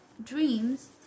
dreams